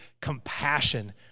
compassion